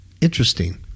Interesting